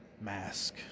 mask